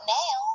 now